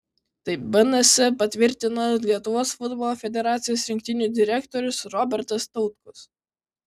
tai bns patvirtino lietuvos futbolo federacijos rinktinių direktorius robertas tautkus